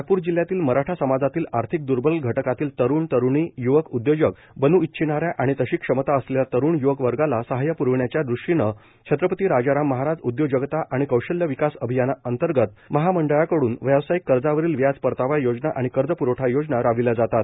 नागपूर जिल्हयातील मराठा समाजातील आर्थिक द्र्बल घटकातील तरुण तरुणी य्वक उद्योजक बन् इच्छिणाऱ्या आणि तशी क्षमता असलेल्या तरुण य्वक वर्गाला सहाय्य प्रविण्याच्या दृष्टीन छत्रपती राजाराम महाराज उद्योजकता आणि कौशल्य विकास अभियानाअंतर्गत महामं ळाक न व्यावसायीक कर्जावरील व्याज परतावा योजना आणि कर्ज प्रवठा योजना राबविल्या जातात